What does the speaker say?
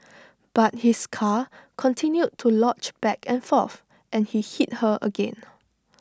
but his car continued to lunge back and forth and he hit her again